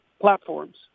platforms